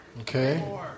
Okay